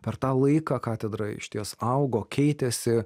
per tą laiką katedra išties augo keitėsi